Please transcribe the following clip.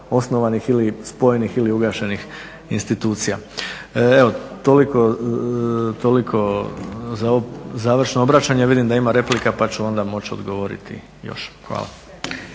osnovan, spojenih ili ugašenih institucija. Toliko za završno obraćanje. Vidim da ima replika pa ću onda moći odgovoriti još. Hvala.